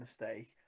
mistake